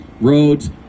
roads